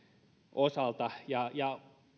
osalta ja ja